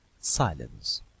silence